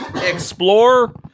Explore